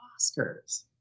Oscars